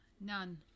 None